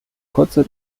kurze